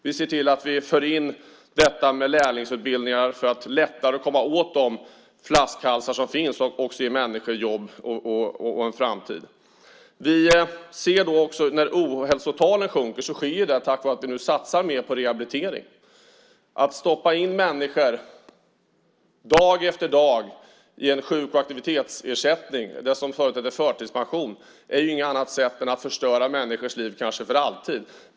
Vi ser till att föra in lärlingsutbildningar för att lättare komma åt de flaskhalsar som finns och också ge människor jobb och en framtid. Vi ser också att när ohälsotalen sjunker sker det tack vare att vi nu satsar mer på rehabilitering. Att stoppa in människor dag efter dag i en sjuk och aktivitetsersättning, det som förut hette förtidspension, är inget annat än att förstöra människors liv, kanske för alltid.